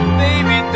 baby